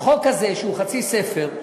חוק כזה, שהוא חצי ספר,